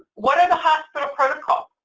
what are the hospital protocols?